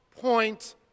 point